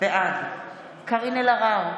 בעד קארין אלהרר,